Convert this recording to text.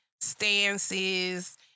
stances